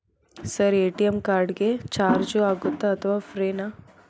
Sir ATM card ಗೆ charge ಆಗುತ್ತಾ ಅಥವಾ ಫ್ರೇ ನಾ?